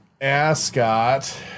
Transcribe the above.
Ascot